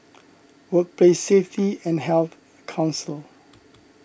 Workplace Safety and Health Council